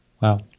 Wow